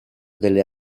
delle